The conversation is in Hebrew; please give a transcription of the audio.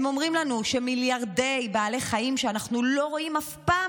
הם אומרים לנו שמיליארדי בעלי חיים שאנחנו לא רואים אף פעם,